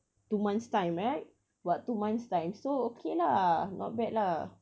two months' time right about two months' time so okay lah not bad lah